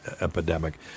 epidemic